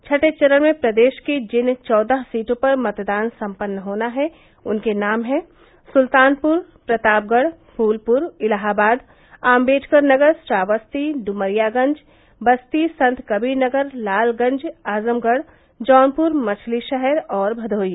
छठें चरण में प्रदेश की जिन चौदह सीटों पर मतदान सम्पन्न होना है उनके नाम हैं सुल्तानपुर प्रतापगढ़ फूलपुर इलाहाबाद आम्बेडकरनगर श्रावस्ती ड्मरियागंज बस्ती संतकबीरनगर लालगंज आजमगढ़ जौनप्र मछलीशहर और भदोही